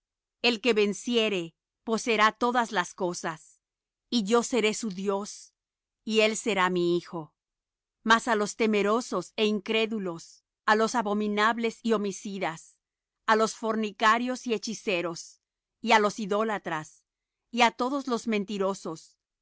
el que venciere poseerá todas las cosas y yo seré su dios y él será mi hijo mas á los temerosos é incrédulos á los abominables y homicidas á los fornicarios y hechiceros y á los idólatras y á todos los mentirosos su